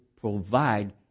provide